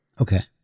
Okay